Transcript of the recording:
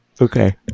Okay